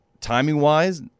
timing-wise